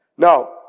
Now